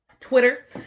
Twitter